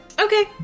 Okay